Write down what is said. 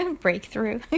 breakthrough